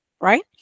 right